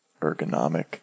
ergonomic